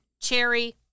cherry